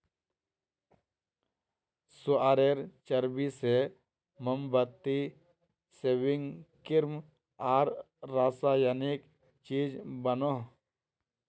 सुअरेर चर्बी से मोमबत्ती, सेविंग क्रीम आर रासायनिक चीज़ बनोह